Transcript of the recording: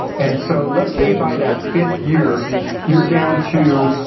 and so let's say by that fifth year you're down to,